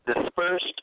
dispersed